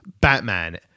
batman